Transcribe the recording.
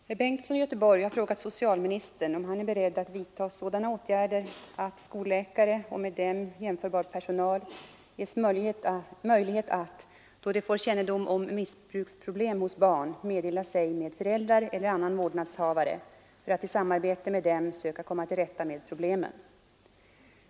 Herr talman! Herr Bengtsson i Göteborg har frågat socialministern, om han är beredd att vidta sådana åtgärder att skolläkare och med dem jämförbar personal ges möjlighet att, då de får kännedom om missbruksproblem hos barn, meddela sig med föräldrar eller annan vårdnadshavare för att i samarbete med dem söka komma till rätta med problemen.